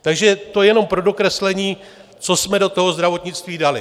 Takže to jenom pro dokreslení, co jsme do toho zdravotnictví dali.